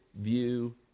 view